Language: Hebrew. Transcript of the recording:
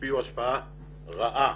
שהשפיעו השפעה רעה